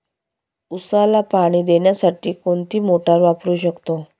उसाला पाणी देण्यासाठी कोणती मोटार वापरू शकतो?